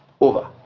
over